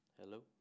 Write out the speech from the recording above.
Hello